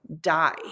die